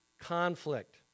conflict